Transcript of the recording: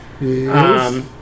Yes